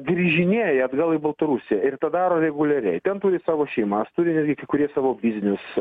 grįžinėja atgal į baltarusiją ir tą daro reguliariai ten turi savo šeimas turi netgi kai kurie savo biznius